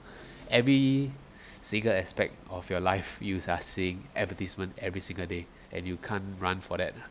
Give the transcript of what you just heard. every single aspect of your life use are seeing advertisements every single day and you can't run for that